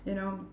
you know